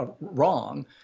wrong